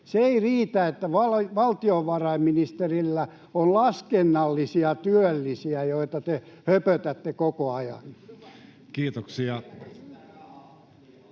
Se ei riitä, että valtiovarainministerillä on laskennallisia työllisiä, joista te höpötätte koko ajan. [Speech